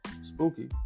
Spooky